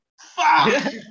Fuck